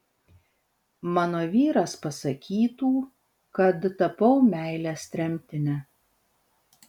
mano vyras pasakytų kad tapau meilės tremtine